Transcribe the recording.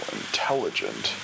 intelligent